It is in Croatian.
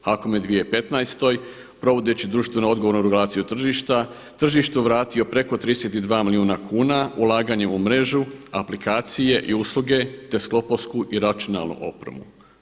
HAKOM u 2015. provodeći društveno odgovornu regulaciju tržišta tržištu vratio preko 32 milijuna kuna ulaganjem u mrežu aplikacije i usluge te sklopovsku i računalnu opremu.